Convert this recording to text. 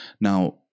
Now